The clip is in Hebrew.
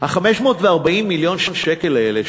540 המיליון האלה,